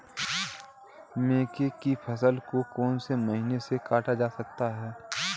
मक्के की फसल को कौन सी मशीन से काटा जाता है?